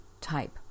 type